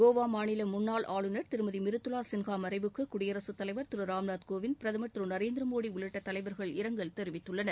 கோவா மாநில முன்னாள் ஆளுநர் திருமதி மிருதுளா சின்ஹா மறைவுக்கு குடியரசுத் தலைவர் திரு ராம்நாத் கோவிந்த் பிரதமர் திரு நரேந்திர மோடி உள்ளிட்ட தலைவர்கள் இரங்கல் தெரிவித்துள்ளனர்